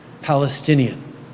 palestinian